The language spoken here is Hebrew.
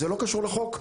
זה לא קשור לחוק.